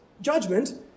judgment